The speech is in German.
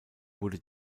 wurde